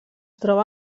troba